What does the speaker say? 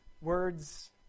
words